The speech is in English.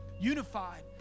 Unified